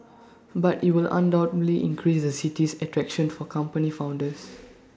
but IT will undoubtedly increase the city's attraction for company founders